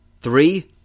three